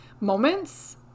moments